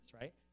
right